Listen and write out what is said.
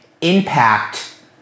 impact